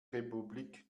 republik